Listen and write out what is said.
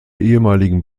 ehemaligen